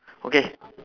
okay